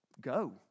go